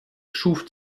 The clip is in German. schuf